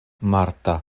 marta